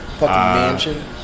mansion